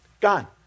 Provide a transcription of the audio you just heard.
gone